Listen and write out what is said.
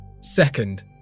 Second